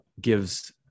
gives